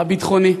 הביטחוני.